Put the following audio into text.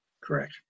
Correct